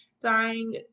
dying